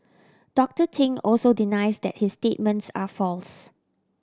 Doctor Ting also denies that his statements are false